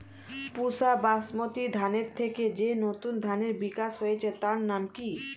পুসা বাসমতি ধানের থেকে যে নতুন ধানের বিকাশ হয়েছে তার নাম কি?